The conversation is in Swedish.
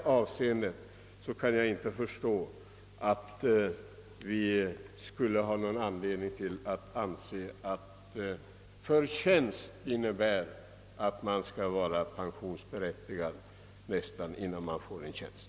Men jag kan inte förstå att begreppet förtjänst i detta sammanhang skall behöva innebära att man nästan skall vara pensionsberättigad innan man får en tjänst.